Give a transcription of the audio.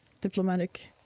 diplomatic